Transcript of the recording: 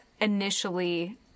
initially